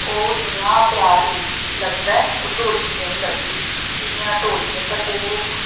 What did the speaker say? ओह् इ'यां प्यारा लगदा ऐ ओह् ढोलकी जेही लगदी कि इ'यां ढोलकी उप्पर ओह्